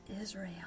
Israel